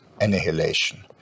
annihilation